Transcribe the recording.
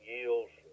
Yields